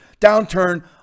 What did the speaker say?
downturn